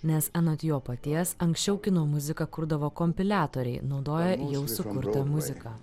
nes anot jo paties anksčiau kino muziką kurdavo kompiliatoriai naudoję jau sukurtą muziką